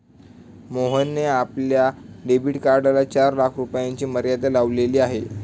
मोहनने आपल्या डेबिट कार्डला चार लाख रुपयांची मर्यादा लावलेली आहे